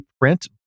print